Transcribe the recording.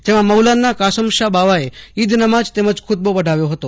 જેમાં મૌલાના કાસમશા બાવાએ ઇદ નમાજ ખુત્બો પઢાવ્યો હતો